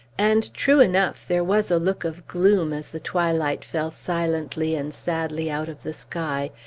and, true enough, there was a look of gloom, as the twilight fell silently and sadly out of the sky,